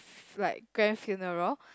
like grave funeral